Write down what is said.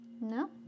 No